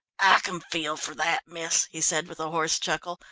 i can feel for that, miss, he said with a hoarse chuckle.